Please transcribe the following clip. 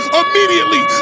immediately